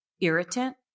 irritant